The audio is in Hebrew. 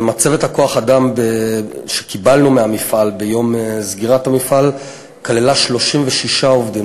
1. מצבת כוח-האדם שקיבלנו מהמפעל ביום סגירתו כללה 36 עובדים,